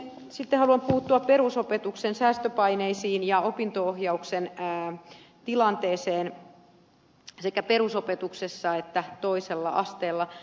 sitten haluan puuttua perusopetuksen säästöpaineisiin ja opinto ohjauksen tilanteeseen sekä perusopetuksessa että toisella asteella